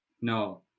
No